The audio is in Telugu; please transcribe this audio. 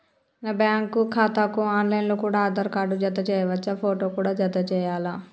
నా బ్యాంకు ఖాతాకు ఆన్ లైన్ లో కూడా ఆధార్ కార్డు జత చేయవచ్చా ఫోటో కూడా జత చేయాలా?